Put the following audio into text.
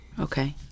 Okay